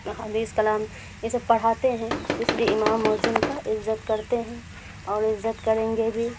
حدیث کلام یہ سب پڑھاتے ہیں اس لیے امام مؤذن کا عزت کرتے ہیں اور عزت کریں گے بھی